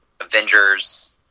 Avengers